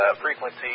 frequency